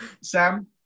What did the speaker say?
Sam